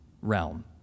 realm